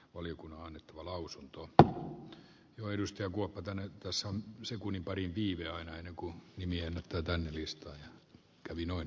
valiokunnan lausunto että joenystö kuokkatänyt tasan sekunnin parin piilee aina joku nimi otetaan listoille kävi noin